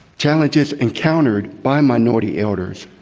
challenges encountered by minority elders.